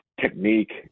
technique